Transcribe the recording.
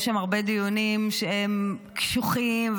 יש שם הרבה דיונים שהם קשוחים,